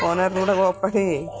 ఓనర్ని కూడా కోపడ్డి